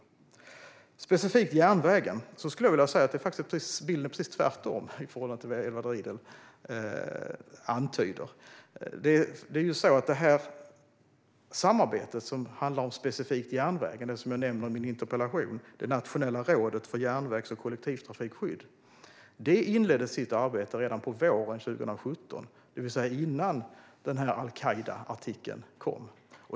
När det gäller specifikt järnvägen skulle jag vilja säga att bilden är precis den motsatta i förhållande till vad Edward Riedl antyder. Det samarbete om järnvägen som jag nämnde i mitt interpellationssvar, det nationella rådet för järnvägs och kollektivtrafikskydd, inledde sitt arbete redan på våren 2017, det vill säga innan al-Qaida-artikeln kom.